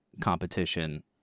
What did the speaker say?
competition